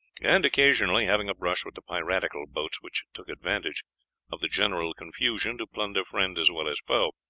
and occasionally having a brush with the piratical boats which took advantage of the general confusion to plunder friend as well as foe.